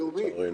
תשתית לאומית,